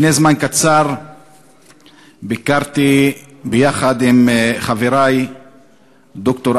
לפני זמן קצר ביקרתי יחד עם חברי ד"ר